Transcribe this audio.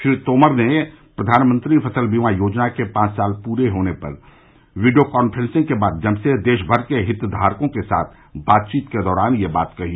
श्री तोमर ने प्रधानमंत्री फसल बीमा योजना के पांच साल पूरे होने के अवसर पर वीडियो कॉन्फ्रेंसिंग के माध्यम से देशभर के हितधारकों के साथ बातचीत के दौरान यह बात कही